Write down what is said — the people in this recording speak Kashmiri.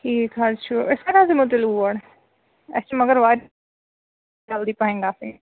ٹھیٖک حظ چھُ أسۍ کَر حظ یِمو تیٚلہِ اور اَسہِ چھُ مَگر واریاہ جلدی پہم گژھٕنۍ